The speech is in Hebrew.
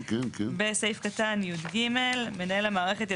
התהליך הוא